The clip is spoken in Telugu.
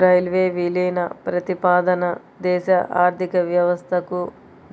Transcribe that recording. రైల్వే విలీన ప్రతిపాదన దేశ ఆర్థిక వ్యవస్థకు